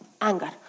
anger